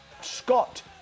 Scott